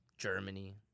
Germany